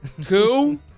Two